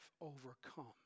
overcome